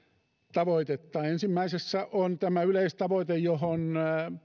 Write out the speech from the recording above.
tavoitetta ensimmäisessä kohdassa on tämä yleistavoite johon